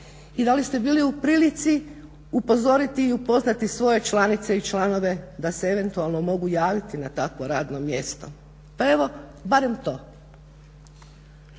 i da li ste bili u prilici upozoriti i upoznati svoje članice i članove da se eventualno mogu javiti na takvo radno mjesto. Pa evo barem to.